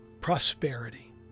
prosperity